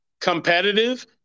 competitive